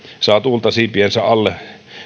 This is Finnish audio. saa tuulta siipiensä alle